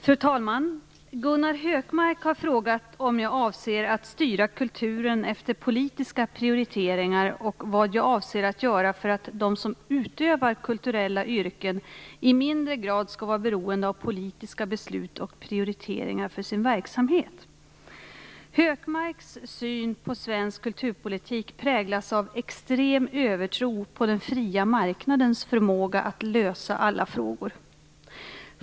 Fru talman! Gunnar Hökmark har frågat om jag avser att styra kulturen efter politiska prioriteringar och vad jag avser att göra för att de som utövar kulturella yrken i mindre grad skall vara beroende av politiska beslut och prioriteringar för sin verksamhet. Hökmarks syn på svensk kulturpolitik präglas av extrem övertro på den fria marknadens förmåga att lösa alla frågor.